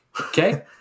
okay